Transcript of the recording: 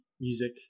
music